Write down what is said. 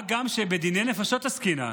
מה גם שבדיני נפשות עסקינן.